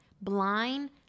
blind